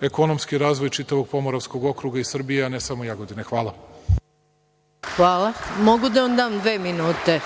ekonomski razvoj čitavog Pomoravskog okruga i Srbije, a ne samo Jagodine. Hvala. **Maja Gojković** Hvala. Mogu da vam dam dve minute.